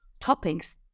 toppings